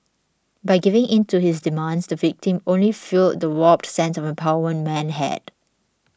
by giving in to his demands the victim only fuelled the warped sense of empowerment had